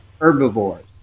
herbivores